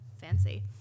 fancy